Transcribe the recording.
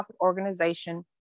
organization